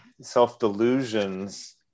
self-delusions